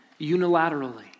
unilaterally